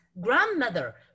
grandmother